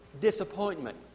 disappointment